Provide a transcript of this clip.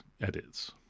edits